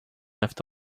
left